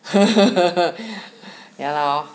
ya lor